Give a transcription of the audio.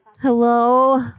Hello